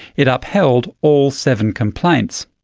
it upheld all seven complaints.